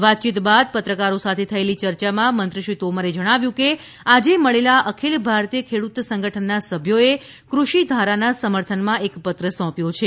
વાતચીત બાદ પત્રકારો સાથે થયેલી યર્યામાં મંત્રી શ્રી તોમરે જણાવ્યું કે આજે મળેલા અખિલ ભારતીય ખેડુત સંગઠનના સભ્યોએ કુષિ ધારાના સમર્થનમાં એક પત્ર સોપ્યો છે